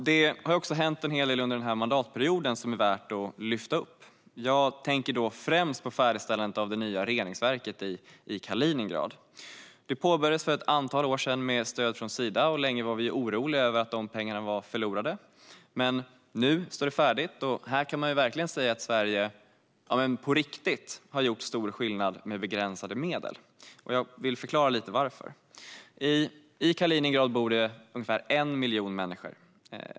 Det har också hänt en del under den här mandatperioden som är värt att lyfta fram. Jag tänker främst på färdigställandet av det nya reningsverket i Kaliningrad, som påbörjades för ett antal år sedan med stöd från Sida. Länge var vi oroliga för att de pengarna var förlorade. Nu står det dock färdigt. Här har Sverige på riktigt gjort stor skillnad med begränsade medel. Jag vill förklara varför. I Kaliningrad bor ungefär 1 miljon människor.